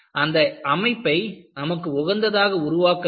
அந்த அமைப்பை நமக்கு உகந்ததாக உருவாக்க வேண்டும்